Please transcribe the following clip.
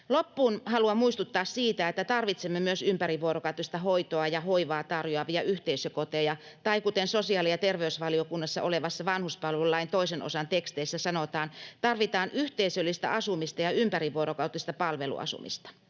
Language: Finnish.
Loppuun haluan muistuttaa siitä, että tarvitsemme myös ympärivuorokautista hoitoa ja hoivaa tarjoavia yhteisökoteja, tai kuten sosiaali- ja terveysvaliokunnassa olevan vanhuspalvelulain toisen osan teksteissä sanotaan, tarvitaan yhteisöllistä asumista ja ympärivuorokautista palveluasumista.